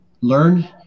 learn